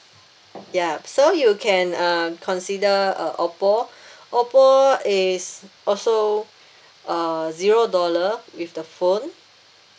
ya so you can uh consider uh OPPO OPPO is also uh zero dollar with the phone